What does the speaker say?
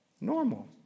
Normal